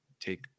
take